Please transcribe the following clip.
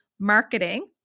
marketing